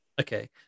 Okay